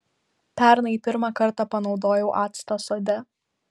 pernai pirmą kartą panaudojau actą sode